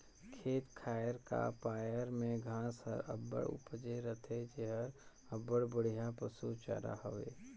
खेत खाएर का पाएर में घांस हर अब्बड़ उपजे रहथे जेहर अब्बड़ बड़िहा पसु चारा हवे